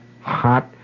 hot